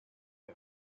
him